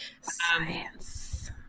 Science